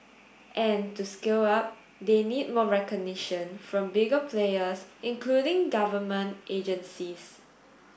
and to scale up they need more recognition from bigger players including government agencies